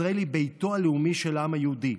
ישראל היא ביתו הלאומי של העם היהודי.